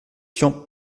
tian